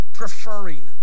preferring